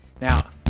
Now